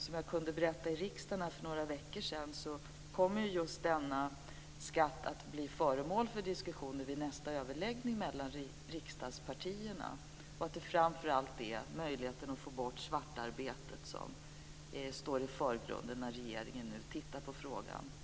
Som jag kunde berätta här i riksdagen för några veckor sedan kommer just denna skatt att bli föremål för diskussioner vid nästa överläggning mellan riksdagspartierna. Framför allt är det möjligheten att få bort svartarbetet som står i förgrunden när regeringen nu tittar på frågan.